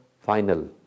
final